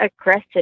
aggressive